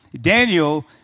Daniel